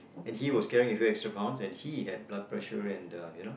and he was carrying a few extra pounds and he had blood pressure and uh you know